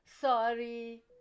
sorry